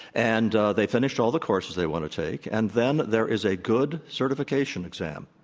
and they finish all the courses they want to take, and then there is a good certification exam,